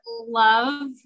love